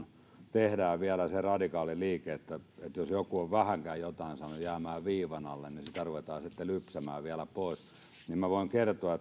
tehdään vielä se radikaali liike että jos joku on vähänkään jotain saanut jäämään viivan alle niin sitä ruvetaan sitten lypsämään vielä pois niin minä voin kertoa